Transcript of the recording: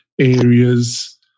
areas